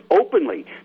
openly